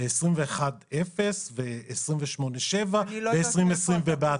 ל-21% ו-28.7% ב-2020 בהתאמה".